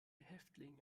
häftling